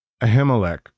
Ahimelech